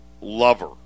lover